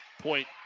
Point